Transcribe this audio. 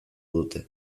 dute